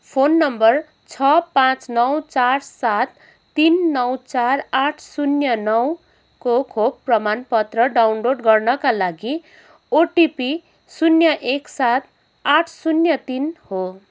phone number छ पाँच नौ चार सात तिन नौ चार आठ शून्य नौको खोप प्रमाणपत्र डाउनलोड गर्नाका लागि ओटिपी शून्य एक सात आठ शून्य तिन हो